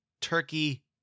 Turkey